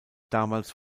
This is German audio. damals